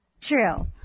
True